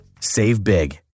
SAVEBIG